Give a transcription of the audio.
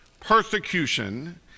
persecution